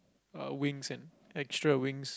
uh wings and extra wings